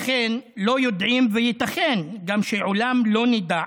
אכן, לא יודעים, וייתכן גם שלעולם לא נדע